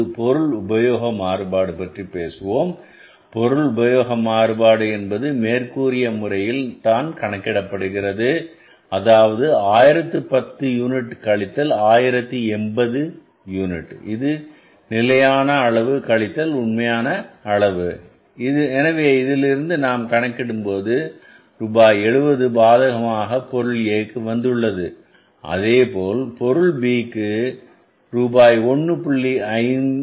இப்போது பொருள் உபயோக மாறுபாடு பற்றி பேசுவோம் பொருள் உபயோக மாறுபாடு என்பது மேற்கூறிய முறையில் தான் கணக்கிடப்படுகிறது அதாவது 1010 யூனிட் கழித்தல் 1080 யூனிட் இது நிலையான அளவு கழித்தல் உண்மையான அளவு எனவே இதிலிருந்து நாம் கணக்கிடும்போது ரூபாய் 70 பாதகமாக பொருள A க்கு வந்துள்ளது அதேபோல் பொருள் B க்கு ரூபாய் 1